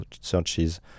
searches